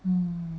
mm